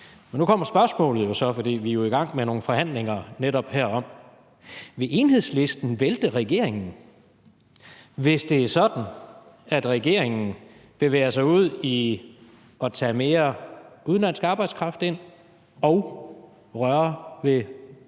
Men nu kommer spørgsmålet så, for vi er jo i gang med nogle forhandlinger netop herom: Vil Enhedslisten vælte regeringen, hvis det er sådan, at regeringen bevæger sig ud i at tage mere udenlandsk arbejdskraft ind og røre ved f.eks.